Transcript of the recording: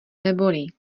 nebolí